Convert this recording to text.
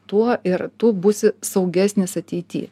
tuo ir tu būsi saugesnis ateity